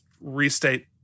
restate